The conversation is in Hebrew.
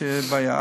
יש בעיה,